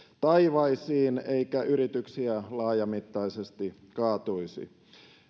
taivaisiin eikä yrityksiä laajamittaisesti kaatuisi